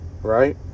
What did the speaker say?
right